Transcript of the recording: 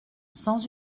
sans